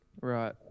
Right